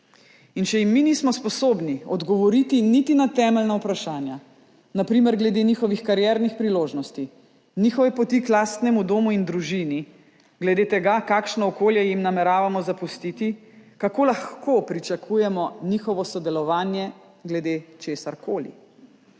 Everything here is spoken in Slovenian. In če jim mi nismo sposobni odgovoriti niti na temeljna vprašanja, na primer glede njihovih kariernih priložnosti, njihove poti k lastnemu domu in družini, glede tega, kakšno okolje jim nameravamo zapustiti, kako lahko pričakujemo njihovo sodelovanje glede česarkoli?